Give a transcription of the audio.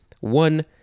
One